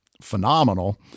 phenomenal